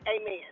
amen